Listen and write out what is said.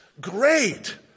great